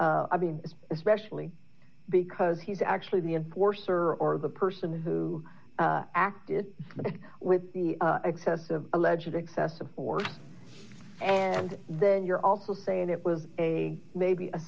i mean especially because he's actually the enforcer or the person who acted with the excessive allegedly excessive force and then you're also saying it was a maybe a